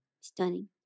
stunning